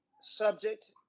subject